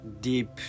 deep